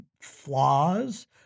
flaws